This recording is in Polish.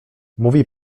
mówi